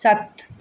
ਸੱਤ